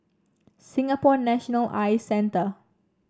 Singapore National Eye Centre